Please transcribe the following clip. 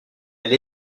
elle